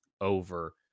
over